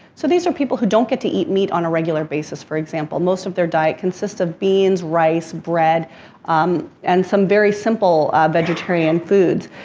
so these are people who don't get to eat meat on a regular basis for example, most of their diet consists of beans, rice, bread and some very simple vegetarian foods.